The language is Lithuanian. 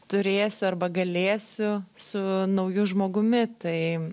turėsiu arba galėsiu su nauju žmogumi tai